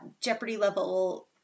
Jeopardy-level